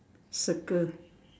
circle